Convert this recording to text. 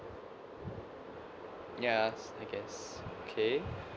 ya I guess okay